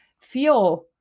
feel